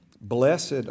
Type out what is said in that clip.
Blessed